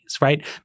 right